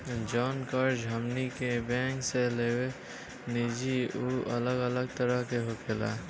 जवन कर्ज हमनी के बैंक से लेवे निजा उ अलग अलग तरह के होखेला